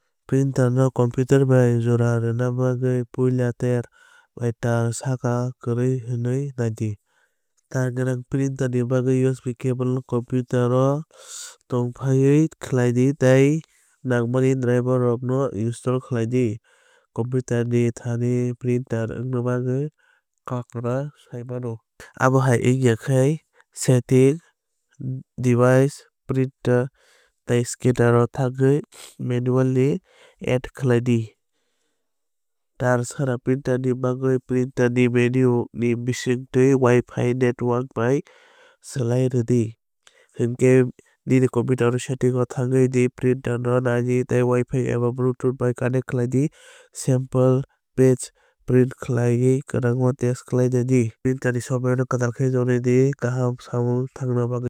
Printer no computer bai jora rwna bagwi puila tar eba tar sara kwrwi hwnwi naidi. Tar gunang printer ni bagwi USB cable no computer o thepaoui khlai di tei nangmani driver rok no install khai di. Computer ni thani printer wngmani kok no saimanwi mano. Abo hai wngya khe settings device printer tei scanner o thangwi manually add khlaidi. Tar sara printer ni bagwi printer ni menu ni bisingtwi Wi-Fi network bai swlaiwi rwdi. Hinkhe nini computer o settings o thangwui di printer no naidi tei Wi Fi eba Bluetooth bai connect khlai di. Sample page print khaiwi kwrwngma no test khai di. Printer ni software no kwtal khe ton di kaham khe samung tangna bagwi.